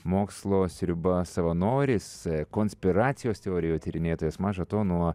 mokslo sriuba savanoris konspiracijos teorijų tyrinėtojas maža to nuo